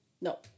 No